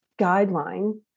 guideline